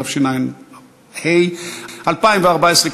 התשע"ה 2014,